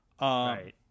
right